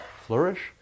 flourish